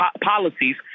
policies